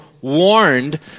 warned